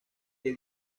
que